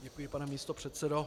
Děkuji, pane místopředsedo.